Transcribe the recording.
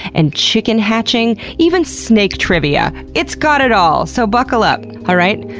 and chicken hatching, even snake trivia, it's got it all! so buckle up, alright?